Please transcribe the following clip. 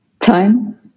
Time